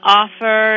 offer